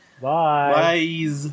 Bye